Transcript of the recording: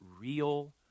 real